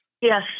Yes